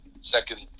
second